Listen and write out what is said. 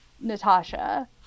Natasha